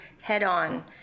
head-on